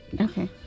Okay